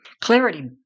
Clarity